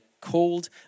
called